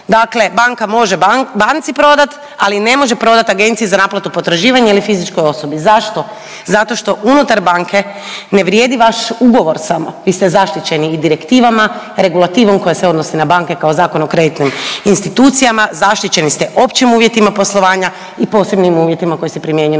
Dakle, banka može banci prodat, ali ne može prodat agenciji za naplatu potraživanja ili fizičkoj osobi. Zašto? Zato što unutar banke ne vrijedi vaš ugovor samo vi ste zaštićeni i direktivama, regulativom koja se odnosi na banke kao Zakon o kreditnim institucijama, zaštićeni ste općim uvjetima poslovanja i posebnim uvjetima koji se primjenjuju